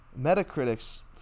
Metacritic's